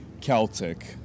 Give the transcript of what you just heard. Celtic